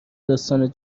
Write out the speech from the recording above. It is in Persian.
داستان